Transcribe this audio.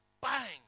Bang